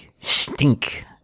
Stink